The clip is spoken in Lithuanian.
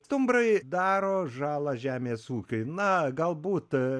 stumbrai daro žalą žemės ūkiui na galbūt